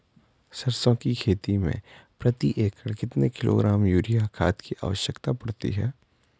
सरसों की खेती में प्रति एकड़ कितने किलोग्राम यूरिया खाद की आवश्यकता पड़ती है?